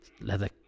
leather